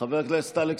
חבר הכנסת ישראל אייכלר,